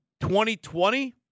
2020